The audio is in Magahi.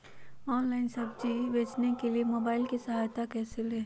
ऑनलाइन सब्जी बेचने के लिए मोबाईल की सहायता कैसे ले?